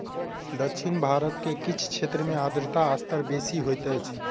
दक्षिण भारत के किछ क्षेत्र में आर्द्रता स्तर बेसी होइत अछि